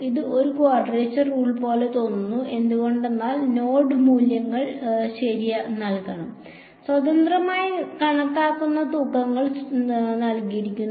ഇത് ഒരു quadrature rule പോലെ തോന്നുന്നു എന്തുകൊണ്ടെന്നാൽ നോഡ് മൂല്യങ്ങൾ നൽകണം സ്വതന്ത്രമായി കണക്കാക്കുന്ന തൂക്കങ്ങൾ നൽകിയിരിക്കുന്നു